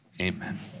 Amen